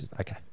Okay